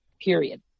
period